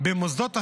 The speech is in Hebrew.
במוסדות החינוך,